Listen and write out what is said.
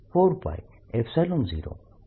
r r pr3 છે